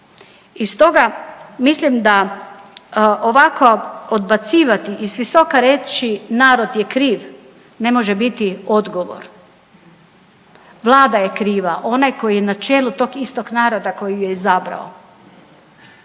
I stoga mislim da ovako odbacivati i s visoka reći narod je kriv ne može biti odgovor. Vlada je kriva, onaj koji je na čelu tog istog naroda koji ju je izabrao.